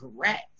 correct